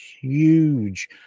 huge